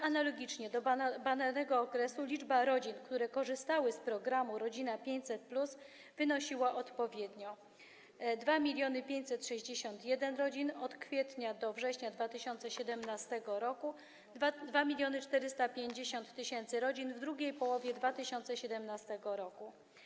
Analogicznie do badanego okresu liczba rodzin, które korzystały z programu „Rodzina 500+”, wynosiła odpowiednio: 2561 tys. rodzin od kwietnia do września 2017 r. i 2450 tys. rodzin w drugiej połowie 2017 r.